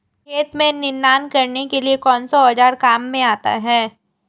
खेत में निनाण करने के लिए कौनसा औज़ार काम में आता है?